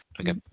Okay